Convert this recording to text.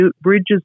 bridges